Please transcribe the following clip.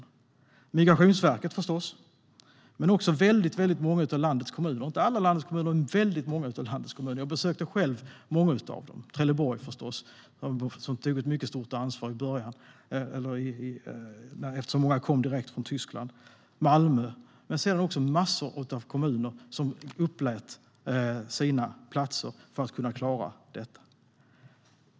Det var Migrationsverket, förstås, men också väldigt många, om än inte alla, av landets kommuner. Jag besökte själv många av dem - Trelleborg, förstås, som tog ett mycket stort ansvar eftersom många kom direkt från Tyskland. Det gällde även Malmö men också massor av kommuner som upplät sina platser för att kunna klara detta.